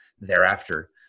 thereafter